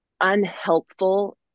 unhelpful